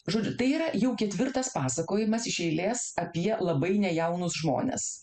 žodžiu tai yra jau ketvirtas pasakojimas iš eilės apie labai nejaunus žmones